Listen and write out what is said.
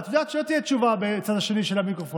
אבל את יודעת שלא תהיה תשובה בצד השני של המיקרופון,